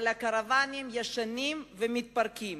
על קרוונים ישנים ומתפרקים.